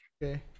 Okay